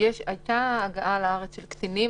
הייתה הגעה לארץ של קטינים,